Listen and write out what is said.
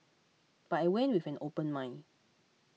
but I went with an open mind